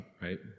right